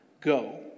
Go